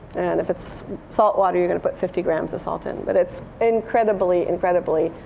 and if it's salt water, you're going to put fifty grams of salt it. but it's incredibly, incredibly,